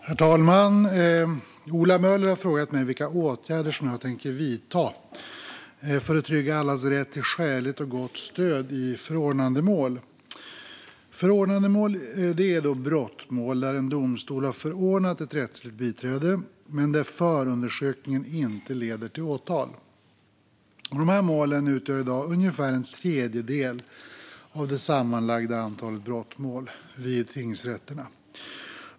Herr talman! har frågat mig vilka åtgärder jag tänker vidta för att trygga allas rätt till skäligt och gott stöd i förordnandemål. Svar på interpellation Förordnandemål är brottmål där en domstol har förordnat ett rättsligt biträde, men där förundersökningen inte leder till åtal. Dessa mål utgör i dag ungefär en tredjedel av det sammanlagda antalet brottmål vid tingsrätterna.